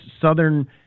Southern